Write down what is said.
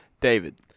David